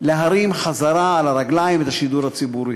להרים חזרה על הרגליים את השידור הציבורי.